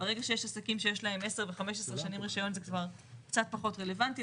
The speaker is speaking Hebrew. ברגע שיש עסקים שיש להם 10 ו-15 שנים רישיון זה כבר קצת פחות רלוונטי.